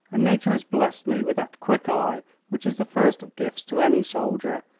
and nature has blessed me with that quick eye which is the first of gifts to any soldier,